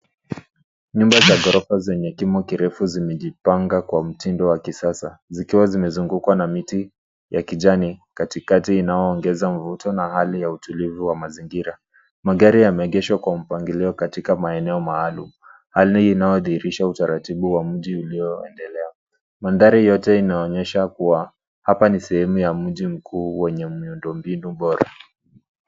Nyumba za gorofa zenye kimo kirefu zimejipanga kwa mtindo wa kisasa, zikiwa zimezungukwa na miti ya kijani katikati inaoongeza mvuto na hali ya utulivu wa mazingira. Magari yameegeshwa kwa mpangilio katika maeneo maalum, hali inayodhihirisha utaratibu wa mji ulioendelea. Mandhari yote inaonyesha kua hapa ni sehemu ya mji mkuu wenye miundombinu bora.